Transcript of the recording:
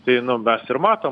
tai nu mes ir matom